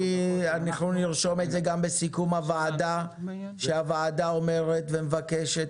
אנחנו נרשום את זה גם בסיכום הישיבה ונאמר שהוועדה אומרת ומבקשת